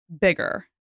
bigger